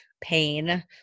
pain